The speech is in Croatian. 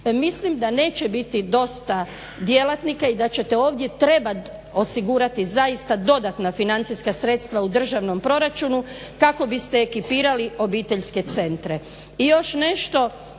mislim da neće biti dosta djelatnika i da ćete ovdje trebati osigurati zaista dodatna financijska sredstva u državnom proračunu kako biste ekipirali obiteljske centre. I još nešto,